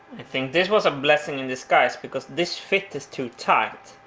i think this was a blessing in disguise because this fit is too tight.